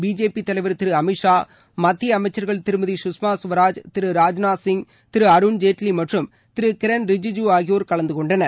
BJP தலைவர் திரு அமித் ஷா மத்திய அமைச்சர்கள் திருமதி சுஷ்மா சுவராஜ் திரு ராஜ்நாத் சிங் திரு அருண்ஜேட்லி மற்றும் திரு கிரண் ரிஜிஜூ ஆகியோர் கலந்துகொண்டனர்